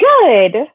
good